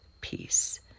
peace